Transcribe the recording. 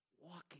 walking